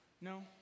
No